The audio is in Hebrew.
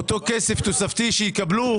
אותו כסף תוספתי שיקבלו.